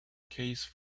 case